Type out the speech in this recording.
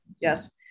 Yes